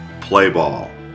PLAYBALL